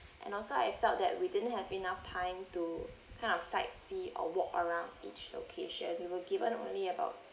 and also I felt that we didn't have enough time to kind of sightsee or walk around each location we were given only about